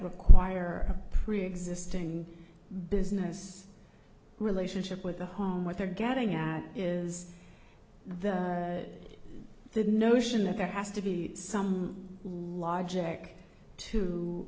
require preexisting business relationship with the home what they're getting at is that the notion that there has to be some logic to